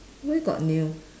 where got nail